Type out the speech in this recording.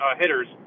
hitters